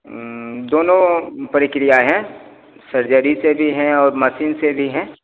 दोनों प्रक्रिया है सर्ज़री से भी है और मशीन से भी है